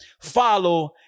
follow